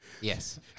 Yes